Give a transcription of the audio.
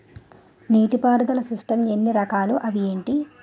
నీటిపారుదల సిస్టమ్ లు ఎన్ని రకాలు? అవి ఏంటి?